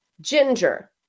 ginger